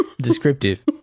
descriptive